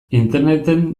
interneten